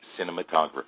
cinematography